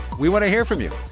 we want to hear from you.